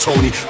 Tony